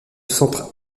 centre